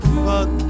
fuck